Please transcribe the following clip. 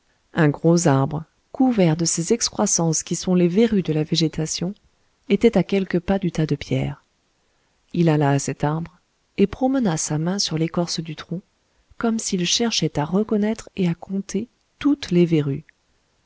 un gros arbre couvert de ces excroissances qui sont les verrues de la végétation était à quelques pas du tas de pierres il alla à cet arbre et promena sa main sur l'écorce du tronc comme s'il cherchait à reconnaître et à compter toutes les verrues